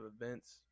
events